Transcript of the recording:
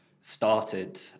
started